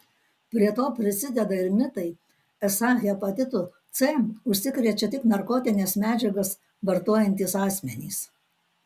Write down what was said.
prie to prisideda ir mitai esą hepatitu c užsikrečia tik narkotines medžiagas vartojantys asmenys